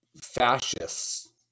fascists